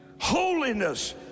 Holiness